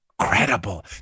credible